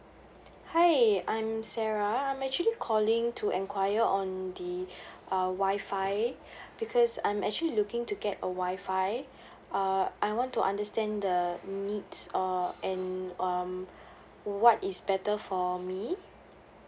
hi I'm sarah I'm actually calling to enquire on the uh wi-fi because I'm actually looking to get a wi-fi uh I want to understand the needs or and um what is better for me